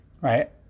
Right